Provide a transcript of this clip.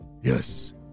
yes